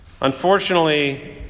Unfortunately